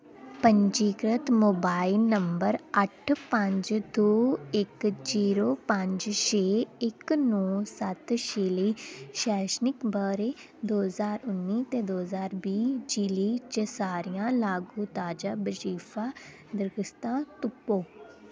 पंजीकृत mobile number अट्ठ पंज दो इक जीरो पंज छे इक नौ सत्त छे शैक्षणिक ब'रे दो ज्हार उन्नी ते दो ज्हार बीह् जि'ले च सारियां लागू ताजा बजीफा दरखास्तां तुप्पो